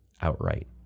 outright